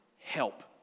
help